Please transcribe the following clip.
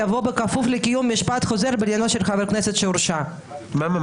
יבוא "בכפוף לקיום משפט חוזר בעניינו של חבר כנסת שהורשע." מה?